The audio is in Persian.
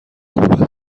خوب